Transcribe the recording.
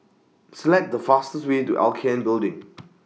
Select The fastest Way to L K N Building